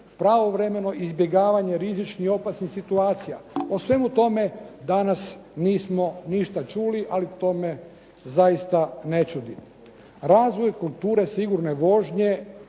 pravovremeno izbjegavanje rizičnih i opasnih situacija. O svemu tome danas nismo ništa čuli ali to me zaista ne čudi. Razvoj kulture sigurne vožnje